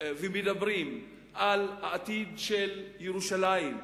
ומדברים על העתיד של ירושלים,